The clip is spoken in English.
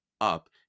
up